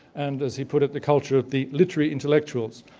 and as he put it, the culture of the literary intellectuals.